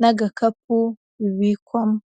n'agakapu bibikwamo.